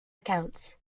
accounts